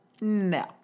No